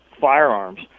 firearms